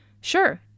sure